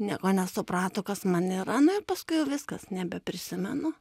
nieko nesuprato kas man yra na ir paskui jau viskas nebeprisimenu